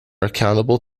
accountable